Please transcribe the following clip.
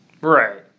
Right